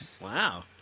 Wow